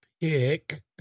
pick